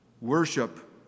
Worship